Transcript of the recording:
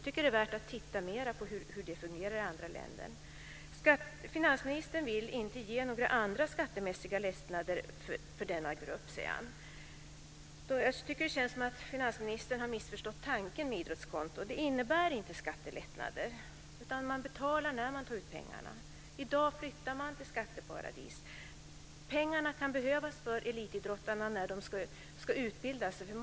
Det är värt att titta mer på hur det fungerar i andra länder. Finansministern säger att han inte vill ge några andra skattemässiga lättnader för denna grupp. Finansministern har missförstått tanken med idrottskonto. Det innebär inte skattelättnader. Skatt betalas när pengarna tas ut. I dag flyttar man i stället till skatteparadis. Pengarna kan behövas för elitidrottarna när de ska utbilda sig.